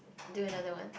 do another one